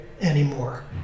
anymore